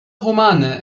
romane